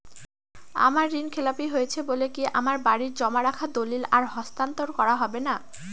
আমার ঋণ খেলাপি হয়েছে বলে কি আমার বাড়ির জমা রাখা দলিল আর হস্তান্তর করা হবে না?